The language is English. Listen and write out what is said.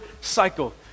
cycle